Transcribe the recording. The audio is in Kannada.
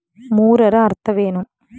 ಮೂರರ ಅರ್ಥವೇನು?